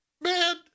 Man